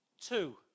two